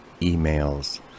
emails